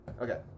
Okay